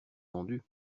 vendu